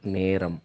நேரம்